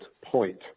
point